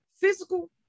physical